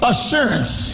Assurance